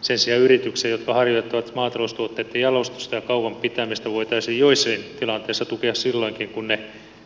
sen sijaan yrityksiä jotka harjoittavat maataloustuotteitten jalostusta ja kaupan pitämistä voitaisiin joissain tilanteissa tukea silloinkin kun ne